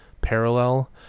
parallel